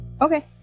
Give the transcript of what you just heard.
Okay